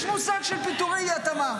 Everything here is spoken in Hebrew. יש מושג של "פיטורי אי-התאמה".